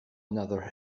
another